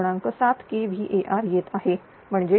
7kVAr येत आहे म्हणजे Ql